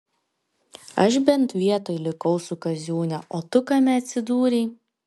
aš bent vietoj likau su kaziūne o tu kame atsidūrei